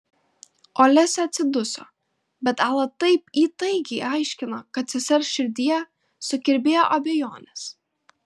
olesia atsiduso bet ala taip įtaigiai aiškino kad sesers širdyje sukirbėjo abejonės